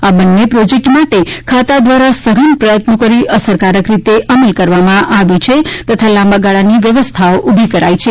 આ બન્ને પ્રોજેક્ટ માટે ખાતા દ્વારા સઘન પ્રયત્નો કરી અસરકારક રીતે અમલ કરવામાં આવેલ છે તથા લાંબા ગાળાની વ્યવસ્થાઓ ઉભી કરેલ છે